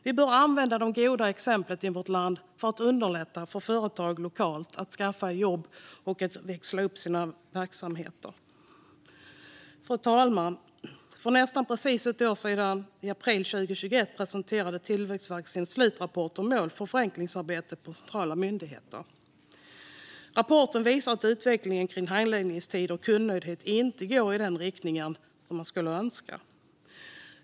Vi bör använda de goda exemplen i vårt land för att lokalt underlätta för företag att skaffa jobb och växla upp sina verksamheter. Fru talman! För nästan precis ett år sedan, i april 2021, presenterade Tillväxtverket sin slutrapport om mål för förenklingsarbetet i centrala myndigheter. Rapporten visar att utvecklingen av handläggningstider och kundnöjdhet inte går i den riktning som man skulle önska.